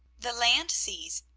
the land seas,